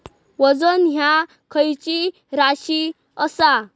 वजन ह्या खैची राशी असा?